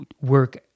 work